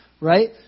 right